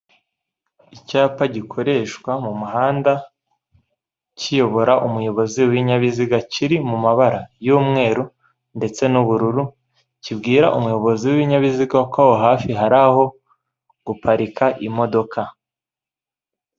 Icyapa gikoreshwa mu muhanda, kiyobora umuyobozi w'ibinyabiziga, kiri mu mabara y'umweru ndetse n'ubururu, kibwira umuyobozi w'ibinabiziga ko aho hafi hari aho guparika imodoka.